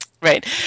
right